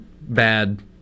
bad